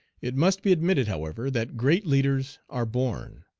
it must be admitted, however, that great leaders are born.